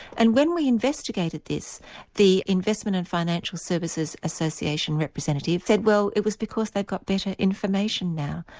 and when we investigated this the investment and financial services association representative said well it was because they'd got better information now.